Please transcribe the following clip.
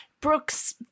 Brooks